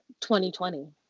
2020